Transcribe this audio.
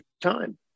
time